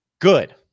good